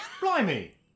Blimey